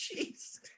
jeez